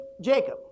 Jacob